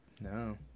no